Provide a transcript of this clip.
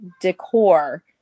decor